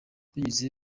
binyuze